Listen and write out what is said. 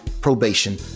probation